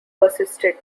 persisted